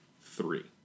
three